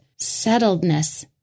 settledness